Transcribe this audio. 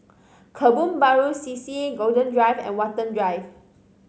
Kebun Baru C C Golden Drive and Watten Drive